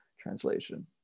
translation